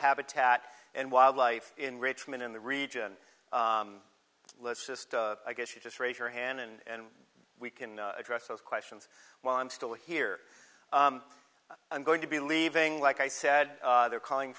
habitat and wildlife in richmond in the region let's just a guess you just raise your hand and we can address those questions while i'm still here i'm going to be leaving like i said they're calling